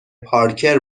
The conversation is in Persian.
پارکر